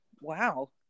Wow